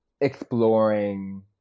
exploring